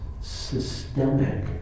systemic